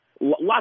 lots